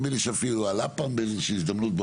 נדמה לי שאפילו זה עלה פעם באיזושהי הזדמנות.